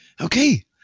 Okay